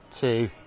two